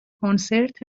کنسرت